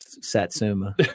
Satsuma